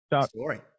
story